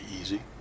easy